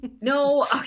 no